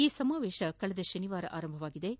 ಈ ಸಮಾವೇಶ ಕಳೆದ ಶನಿವಾರ ಆರಂಭಗೊಂಡಿದ್ದು